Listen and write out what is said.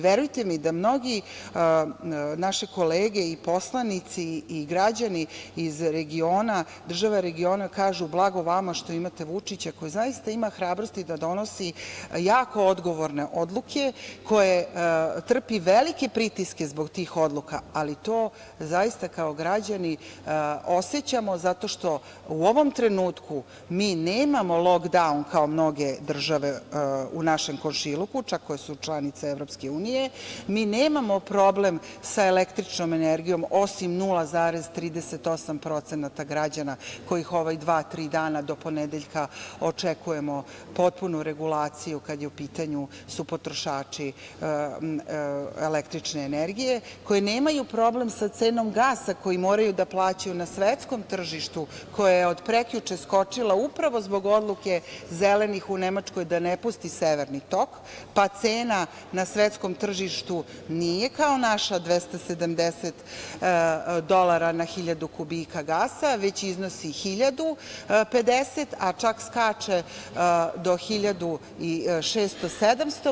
Verujte mi da mnoge naše kolege i poslanici i građani iz država regiona kažu - blago vama što imate Vučića, koji zaista ima hrabrosti da donosi jako odgovorne odluke, koji trpi velike pritiske zbog tih odluka, ali to zaista kao građani osećamo, zato što u ovom trenutku mi nemamo "lok daun" kao mnoge države u našem komšiluku, koje su čak članice EU, mi nemamo problem sa električnom energijom, osim 0,38% građana koji ovih dva-tri dana do ponedeljka očekujemo potpunu regulaciju kada su u pitanju potrošači električne energije, koji nemaju problem sa cenom gasa koji moraju da plaćaju na svetskom tržištu, koja je od prekjuče skočila upravo zbog odluke Zelenih u Nemačkoj da ne pusti severni tok, pa cena na svetskom tržištu nije kao naša, 270 dolara na hiljadu kubika gasa već iznosi hiljadu pedeset, a čak skače do hiljadu i 600-700.